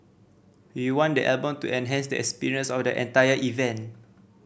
we want the album to enhance the experience of the entire event